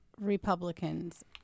Republicans